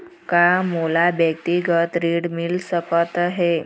का मोला व्यक्तिगत ऋण मिल सकत हे?